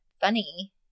funny